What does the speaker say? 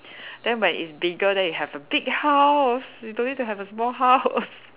then when it's bigger then you have a big house you don't need to have a small house